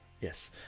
Yes